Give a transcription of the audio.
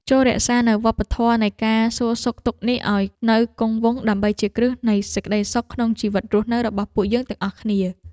ចូររក្សានូវវប្បធម៌នៃការសួរសុខទុក្ខនេះឱ្យនៅគង់វង្សដើម្បីជាគ្រឹះនៃសេចក្តីសុខក្នុងជីវិតរស់នៅរបស់ពួកយើងទាំងអស់គ្នា។